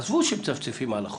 עזבו שמצפצפים על החוק.